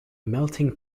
melting